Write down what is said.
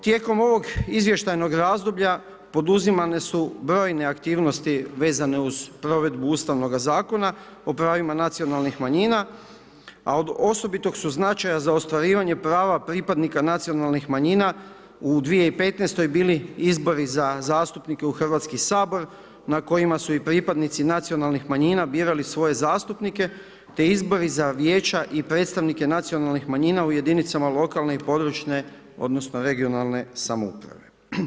Tijekom ovog izvještajnog razdoblja poduzimanje su brojne aktivnosti vezano uz provedbu Ustavnoga zakona o pravima nacionalnih manjina, a od osobitog su značaja za ostvarivanje prava pripravnika nacionalnih manjina u 2015. bili izbori za zastupnike u Hrvatski sabor na kojima su i pripadnici nacionalnih manjina birali svoje zastupnike, te izbori za vijeća i predstavnike za nacionalne manjina u jedinice lokalne područne, regionalne samouprave.